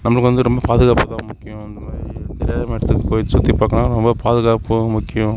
நம்மளுக்கு வந்து ரொம்ப பாதுகாப்புதான் முக்கியம் இந்த மாதிரி தெரியாத இடத்துக்கு போய் சுற்றிப் பார்க்கணுன்னா நம்ம பாதுகாப்பும் முக்கியம்